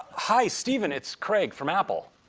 hi steven, it's craig from apple.